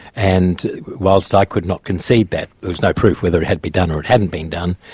and whilst i could not concede that, there was no proof whether it had been done or it hadn't been done,